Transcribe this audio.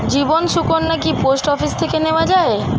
জীবন সুকন্যা কি post office থেকে নেওয়া যায়?